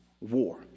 war